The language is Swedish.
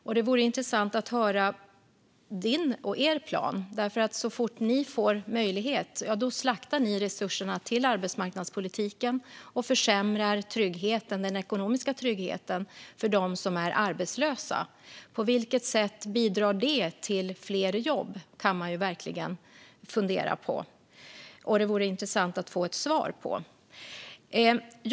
Det vore därför intressant att höra om din och er plan. Så fort ni får möjlighet slaktar ni resurserna till arbetsmarknadspolitiken och försämrar den ekonomiska tryggheten för dem som är arbetslösa. På vilket sätt bidrar det till fler jobb? Det kan man fundera över. Det vore intressant att få ett svar på det.